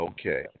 Okay